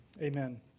Amen